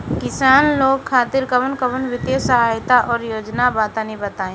किसान लोग खातिर कवन कवन वित्तीय सहायता और योजना बा तनि बताई?